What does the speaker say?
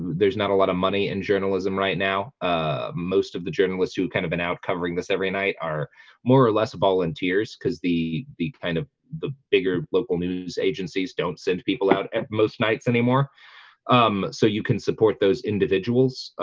there's not a lot of money in journalism right now ah most of the journalists who kind of been out covering this every night are more or less volunteers because the the kind of the bigger local news agencies don't send people out at most nights anymore um, so you can support those individuals.